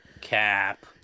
Cap